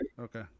Okay